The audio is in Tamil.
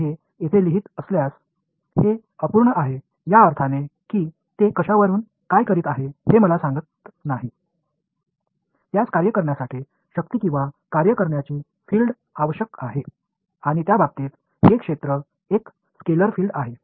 எனவே இதை நான் இங்கு எழுதினால் அது எதைச் செய்கிறது என்பதை அது என்னிடம் சொல்லவில்லை என்பதால் அது முழுமையடையாது அதற்குச் செயல்பட ஒரு போர்ஸ் அல்லது ஒரு பீல்டு தேவை இந்த விஷயத்தை பொருத்த வரை அது ஸ்கேலார் பீல்டு ஆகும்